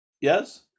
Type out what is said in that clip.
Yes